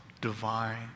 divine